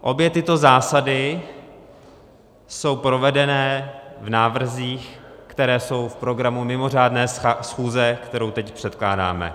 Obě tyto zásady jsou provedené v návrzích, které jsou v programu mimořádné schůze, kterou teď předkládáme.